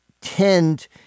tend